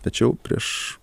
tačiau prieš